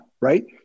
Right